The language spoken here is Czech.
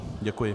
Děkuji.